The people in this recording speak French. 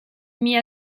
mis